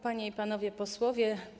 Panie i Panowie Posłowie!